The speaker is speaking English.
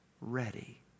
ready